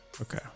Okay